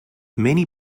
many